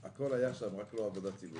הכול היה שם, רק לא עבודה ציבורית.